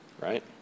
right